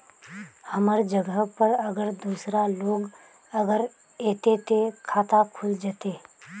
हमर जगह पर अगर दूसरा लोग अगर ऐते ते खाता खुल जते?